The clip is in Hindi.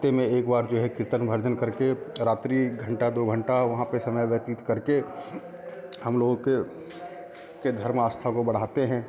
हफ्ते में एक बार जो है कीर्तन भजन करके रात्रि घंटा दो घंटा वहाँ पे समय व्यतीत करके हम लोगों के के धर्म आस्था को बढ़ाते हैं